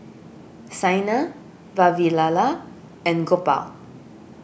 Saina Vavilala and Gopal